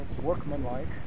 workmanlike